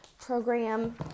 program